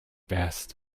best